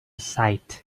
sight